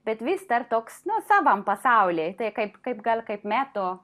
bet vis dar toks nu savam pasauly jisai kaip kaip gal kaip metų